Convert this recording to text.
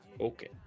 Okay